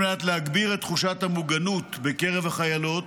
על מנת להגביר את תחושת המוגנות בקרב החיילות,